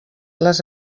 les